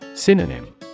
Synonym